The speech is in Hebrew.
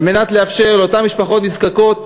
על מנת לאפשר לאותן משפחות נזקקות